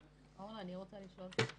על אורך התקופה,